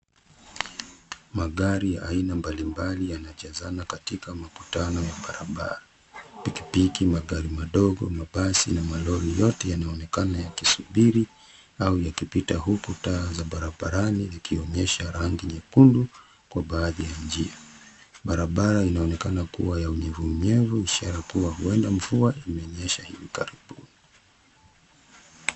Magari ya aina mbali mbali yamejazana katika makutano barabara. Pikipiki, magari madogo, mabasi, na malori yote yaonekana yakisubiri au yakipita huku taa za barabarani zikionyesha rangi nyekundu kwa baadhi ya nia. Barabara inaonekana kuwa na unyevu unyevu ishara kuwa huenda mvua imenyesha hivi karibuni